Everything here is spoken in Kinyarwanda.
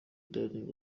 darling